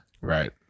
Right